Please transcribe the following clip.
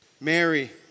Mary